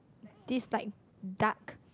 this like dark